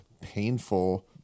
painful